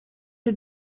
her